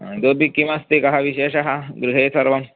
हा इतोपि किमस्ति कः विशेषः गृहे सर्वम्